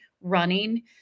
running